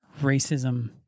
racism